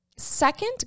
Second